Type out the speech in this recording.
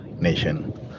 nation